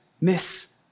miss